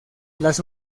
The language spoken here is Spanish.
las